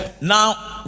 now